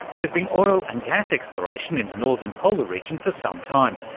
there's been oil and gas exploration in the northern polar region for some time,